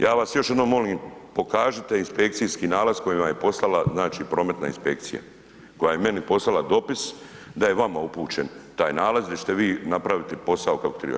Ja vas još jednom molim pokažite inspekcijski nalaz koji vam je poslala prometna inspekcija koja je meni poslala dopis da je vama upućen taj nalaz jer ćete vi napraviti posao kako triba.